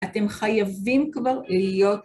אתם חייבים כבר להיות...